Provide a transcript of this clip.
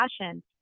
passion